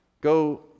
go